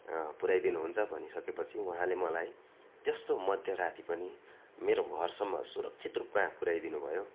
पुर्याइदिनु हुन्छ भनी सकेपछि उहाँले मलाई त्यस्तो मध्यराति पनि मेरो घरसम्म सुरक्षितरूपमा पुर्याइदिनु भयो